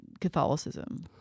Catholicism